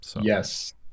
Yes